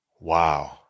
wow